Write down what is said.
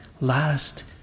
last